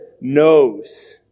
knows